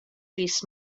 rees